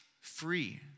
free